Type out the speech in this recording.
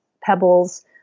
pebbles